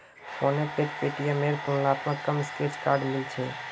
फोनपेत पेटीएमेर तुलनात कम स्क्रैच कार्ड मिल छेक